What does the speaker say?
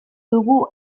dugu